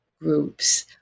groups